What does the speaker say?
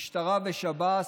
המשטרה והשב"ס,